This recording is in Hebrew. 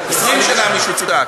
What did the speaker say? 20 שנה, מישהו צעק.